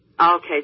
okay